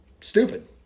stupid